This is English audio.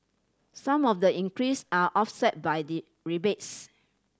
some of the increase are offset by the rebates